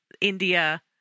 India